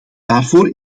daarvoor